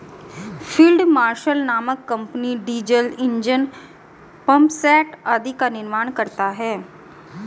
field marshal नामक company diesel engine, pump set आदि का निर्माण करता है